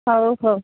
ହଉ ହଉ